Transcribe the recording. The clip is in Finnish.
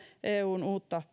eun uutta